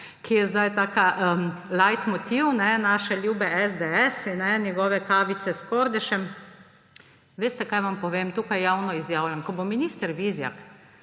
ki je sedaj tak leitmotiv naše ljube SDS, in njegove kavice s Kordežem. Veste, kaj vam povem? Tukaj javno izjavljam, ko bo minister Vizjak